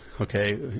okay